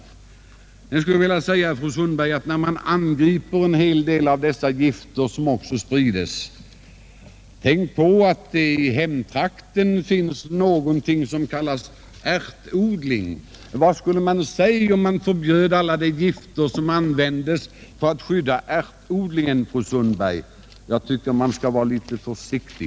Jag skulle slutligen vilja säga till fru Sundberg att när man angriper en del av den giftspridning som sker bör man tänka på att det i fru Sundbergs hemtrakter finns något som kallas ärtodling. Vad skulle man säga om det utfärdades förbud mot alla de gifter som används för att skydda ärtodlingarna, fru Sundberg? Jag tycker man skall vara litet försiktig.